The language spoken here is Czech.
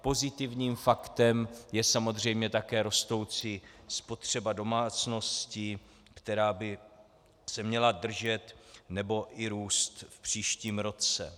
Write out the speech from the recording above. Pozitivním faktem je samozřejmě také rostoucí spotřeba domácností, která by se měla držet nebo vyrůst v příštím roce.